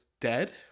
dead